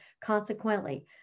consequently